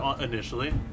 initially